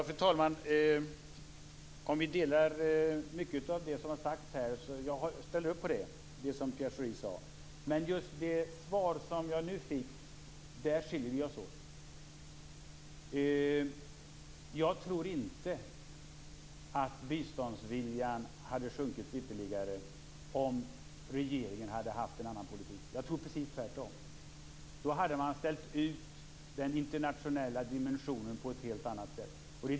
Fru talman! Jag ställer upp på det som Pierre Schori sade, att vi delar mycket av det som har sagts här. Men när det gäller just det svar som jag nu fick skiljer vi oss åt. Jag tror inte att biståndsviljan hade sjunkit ytterligare om regeringen hade fört en annan politik. Jag tror precis tvärtom, att man då hade ställt ut den internationella dimensionen på ett helt annat sätt.